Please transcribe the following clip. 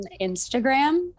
Instagram